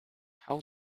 how